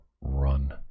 run